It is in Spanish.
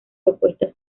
propuesta